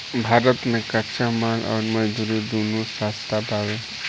भारत मे कच्चा माल अउर मजदूरी दूनो सस्ता बावे